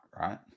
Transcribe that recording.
right